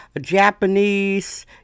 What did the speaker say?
Japanese